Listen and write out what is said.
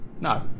No